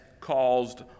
caused